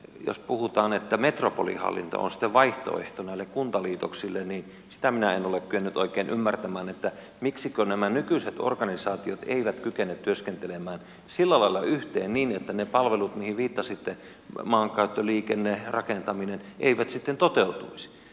jos puhutaan että metropolihallinto on sitten vaihtoehto näille kuntaliitoksille niin sitä minä en ole kyennyt oikein ymmärtämään miksikä nämä nykyiset organisaatiot eivät kykene työskentelemään sillä lailla yhteen niin että ne palvelut joihin viittasitte maankäyttö liikenne rakentaminen eivät sitten toteutuisi